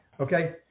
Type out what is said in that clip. okay